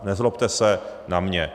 Nezlobte se na mě.